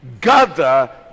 Gather